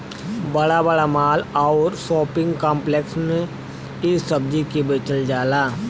बड़ा बड़ा माल आउर शोपिंग काम्प्लेक्स में इ सब्जी के बेचल जाला